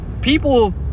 people